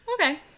Okay